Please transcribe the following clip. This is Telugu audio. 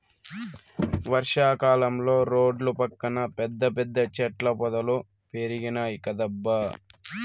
వర్షా కాలంలో రోడ్ల పక్కన పెద్ద పెద్ద చెట్ల పొదలు పెరిగినాయ్ కదబ్బా